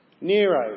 Nero